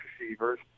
receivers